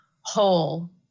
whole